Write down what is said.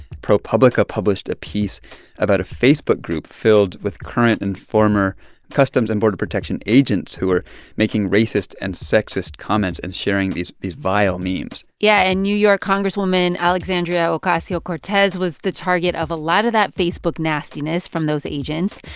propublica published a piece about a facebook group filled with current and former customs and border protection agents who were making racist and sexist comments and sharing these these vile means yeah. and new york congresswoman alexandria ocasio-cortez was the target of a lot of that facebook nastiness from those agents.